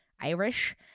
Irish